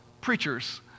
preachers